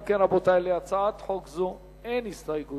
אם כן, רבותי, להצעת חוק זו אין הסתייגויות.